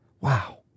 Wow